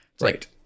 Right